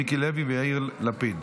מיקי לוי ויאיר לפיד.